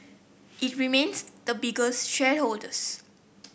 it remains the biggest shareholders